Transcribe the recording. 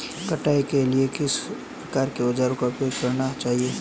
कटाई के लिए किस प्रकार के औज़ारों का उपयोग करना चाहिए?